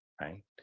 right